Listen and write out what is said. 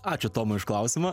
ačiū tomui už klausimą